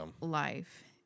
life